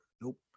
nope